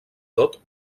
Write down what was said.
tot